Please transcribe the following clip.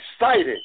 excited